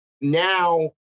now